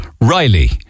Riley